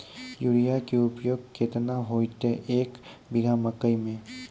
Urea के उपयोग केतना होइतै, एक बीघा मकई मे?